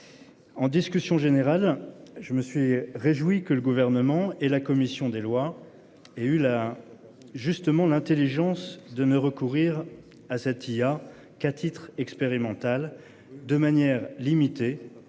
En discussion générale. Je me suis réjoui que le gouvernement et la commission des lois et eu là justement l'Intelligence de ne recourir à sept a qu'à titre expérimental. De manière limitée,